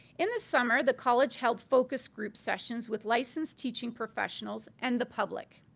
in the summer, the college held focus group sessions with licensed teaching professionals and the public.